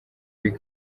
week